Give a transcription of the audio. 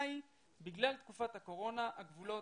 בגלל תקופת הקורונה הגבולות